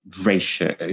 ratio